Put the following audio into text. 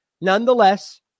Nonetheless